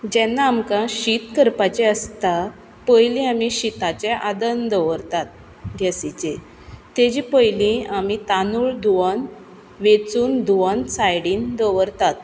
जेन्ना आमकां शीत करपाचें आसता पयलीं आमी शिताचें आदन दवरतात गॅसीचेर तेजे पयलीं आमी तांदूळ धूवन वेंचून धूवन सायडीन दवरतात